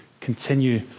continue